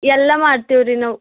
ಎಲ್ಲ ಮಾಡ್ತೀವಿ ರೀ ನಾವು